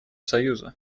союза